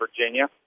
Virginia